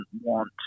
want